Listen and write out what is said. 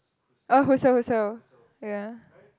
oh Husserl Husserl ya